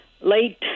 late